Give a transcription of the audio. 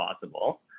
possible